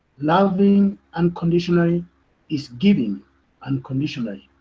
loving unconditionally is giving unconditionally.